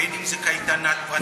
בין אם זו קייטנה פרטית,